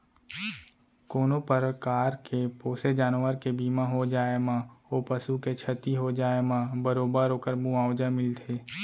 कोनों परकार के पोसे जानवर के बीमा हो जाए म ओ पसु के छति हो जाए म बरोबर ओकर मुवावजा मिलथे